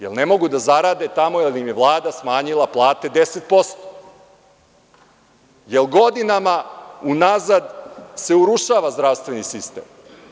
Jer ne mogu da zarade tamo, jer im je Vlada smanjila plate 10%, jer godinama unazad se urušava zdravstveni sistem.